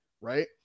right